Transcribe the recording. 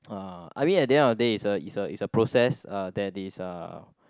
ah I mean at the end of the day is a is a is a process uh that is uh